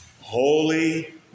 holy